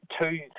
two